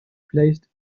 placed